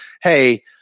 hey